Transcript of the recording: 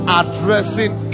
addressing